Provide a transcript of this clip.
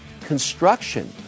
construction